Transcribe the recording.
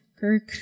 Kirk